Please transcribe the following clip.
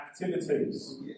activities